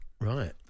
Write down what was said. Right